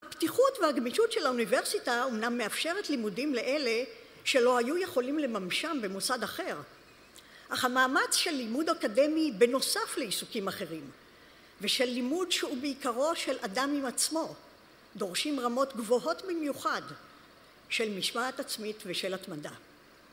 הפתיחות והגמישות של האוניברסיטה אמנם מאפשרת לימודים לאלה שלא היו יכולים לממשם במוסד אחר, אך המאמץ של לימוד אקדמי בנוסף לעיסוקים אחרים ושל לימוד שהוא בעיקרו של אדם עם עצמו דורשים רמות גבוהות במיוחד של משמעת עצמית ושל התמדה